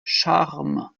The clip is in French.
charmes